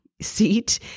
Seat